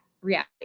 reality